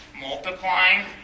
multiplying